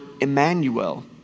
Emmanuel